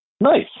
Nice